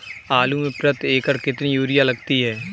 आलू में प्रति एकण कितनी यूरिया लगती है?